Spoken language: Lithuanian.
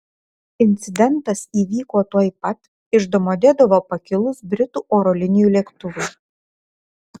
incidentas įvyko tuoj pat iš domodedovo pakilus britų oro linijų lėktuvui